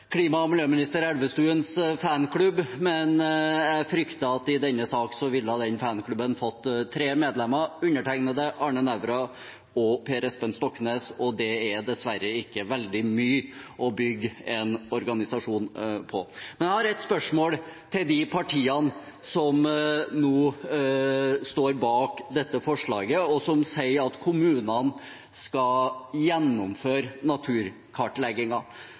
klima- og miljøminister Elvestuens fanklubb, men jeg frykter at i denne saken ville den fanklubben fått tre medlemmer: undertegnede, Arne Nævra og Per Espen Stoknes. Det er dessverre ikke veldig mye å bygge en organisasjon på. Men jeg har et spørsmål til de partiene som nå stiller seg bak forslaget til vedtak, og som sier at kommunene skal gjennomføre